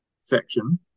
section